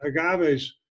agaves